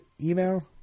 email